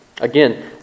Again